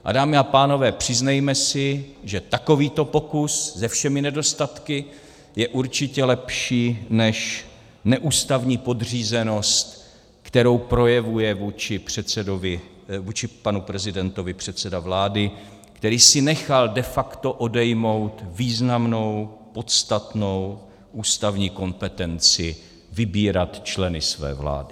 A dámy a pánové, přiznejme si, že takovýto pokus se všemi nedostatky je určitě lepší, než neústavní podřízenost, kterou projevuje vůči panu prezidentovi předseda vlády, který si nechal de facto odejmout významnou, podstatnou ústavní kompetenci vybírat členy své vlády.